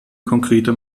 konkrete